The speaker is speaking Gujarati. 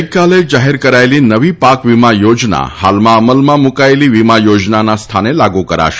ગઈકાલે જાહેર કરાયેલી નવી પાક વીમા યોજના હાલમાં અમલમાં મૂકાયેલી વીમા યોજનાના સ્થાને લાગુ કરાશે